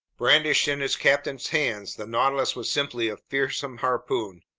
brandished in its captain's hands, the nautilus was simply a fearsome harpoon.